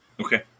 Okay